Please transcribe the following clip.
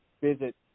visit